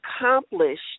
accomplished